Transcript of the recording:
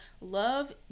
love